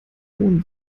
hohen